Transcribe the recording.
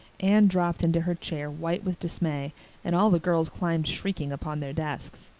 anne dropped into her chair white with dismay and all the girls climbed shrieking upon their desks.